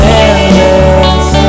endless